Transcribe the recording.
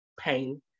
pain